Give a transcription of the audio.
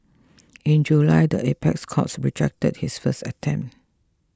in July the apex courts rejected his first attempt